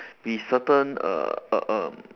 be certain err err err